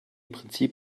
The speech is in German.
prinzip